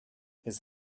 his